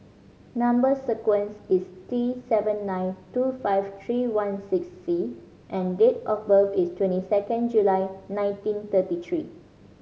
number sequence is T nine two five three one six C and date of birth is twenty second July nineteen thirty three